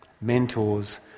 mentors